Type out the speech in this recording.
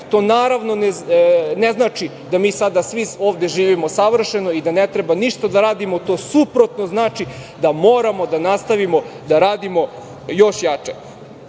To naravno ne znači da mi sada svi ovde živimo savršeno i da ne treba ništa da radimo, to suprotno znači, da moramo da nastavimo da radimo još jače. Što